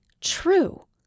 true